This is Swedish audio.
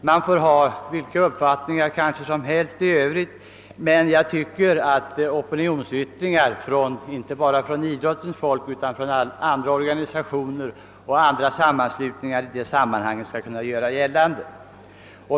Man får naturligtvis ha vilken uppfattning som helst, men opinionsyttringar inte bara från idrottens folk utan även från andra organisationer och sammanslutningar bör kunna göra sig gällande.